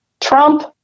Trump